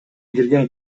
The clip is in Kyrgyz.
кирген